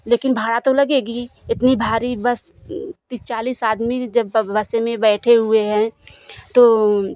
लेकिन भाड़ा तो लगेगी इतनी भारी बस तीस चालीस आदमी जब बसे में बैठे हुए हैं तो